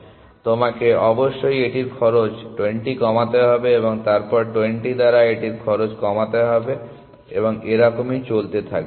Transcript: সুতরাং তোমাকে অবশ্যই এটির খরচ 20 কমাতে হবে এবং তারপর 20 দ্বারা এটির খরচ কমাতে হবে এবং এরকম চলতে থাকবে